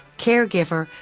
caregiver,